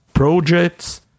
projects